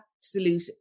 absolute